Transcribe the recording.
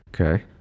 Okay